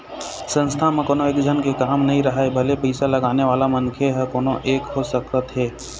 संस्था म कोनो एकझन ले काम नइ राहय भले पइसा लगाने वाला मनखे ह कोनो एक हो सकत हे